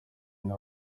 niwe